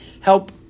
help